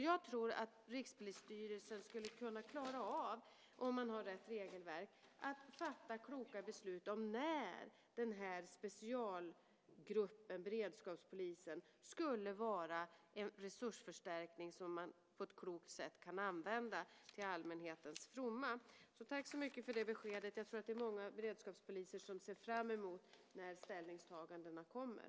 Jag tror att Rikspolisstyrelsen, om man har rätt regelverk, skulle kunna klara att fatta kloka beslut om när den här specialgruppen, beredskapspolisen, skulle vara en resursförstärkning som man kan använda på ett klokt sätt till allmänhetens fromma. Tack för beskedet. Jag tror att många beredskapspoliser ser fram emot ställningstagandena när de kommer.